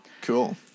Cool